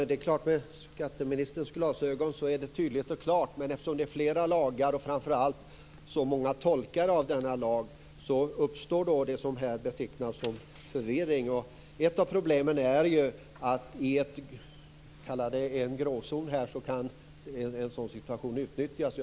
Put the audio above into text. Fru talman! Med skatteministerns glasögon är det hela förstås tydligt och klart. Men eftersom det finns flera lagar och framför allt så många tolkare av lagarna uppstår något som kan betecknas som förvirring. Ett av problemen är att en sådan här situation kan utnyttjas i något som man kan kalla för en gråzon.